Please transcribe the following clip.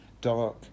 dark